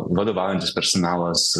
vadovaujantis personalas